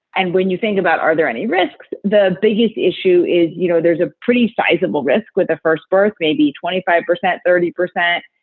and when you think about are there any risks? the biggest issue is, you know, there's a pretty sizable risk with the first birth, maybe twenty five percent, thirty percent,